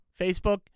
Facebook